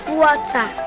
water